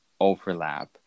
overlap